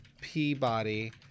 peabody